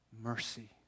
mercy